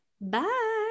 Bye